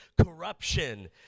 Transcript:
corruption